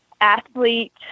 Athlete